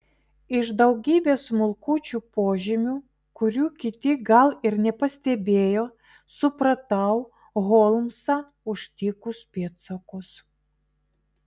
iš daugybės smulkučių požymių kurių kiti gal ir nepastebėjo supratau holmsą užtikus pėdsakus